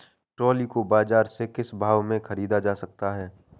Trolley को बाजार से किस भाव में ख़रीदा जा सकता है?